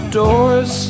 doors